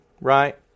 right